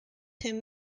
him